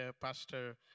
Pastor